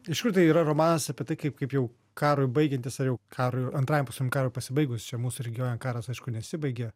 iš kur tai yra romanas apie tai kaip kaip jau karui baigiantis ar jau karui antrajam pasauliniam karui pasibaigus čia mūsų regione karas aišku nesibaigė